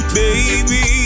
baby